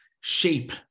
shape